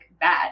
bad